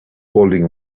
holding